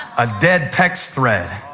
a dead text thread,